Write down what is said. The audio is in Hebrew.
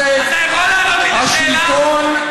תשברו את המראה, אבל הדמות שנשקפת,